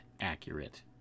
accurate